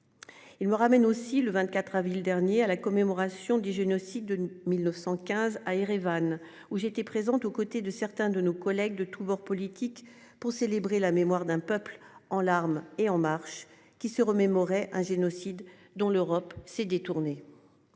Il me ramène aussi le 24 avril dernier à la commémoration du génocide de 1915 à Erevan où j'étais présent aux côtés de certains de nos collègues de tous bords politiques pour célébrer la mémoire d'un peuple en larmes et en marche qui se remémorer un génocide dont l'Europe s'est détourné.